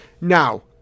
Now